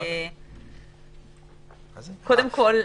קודם כול,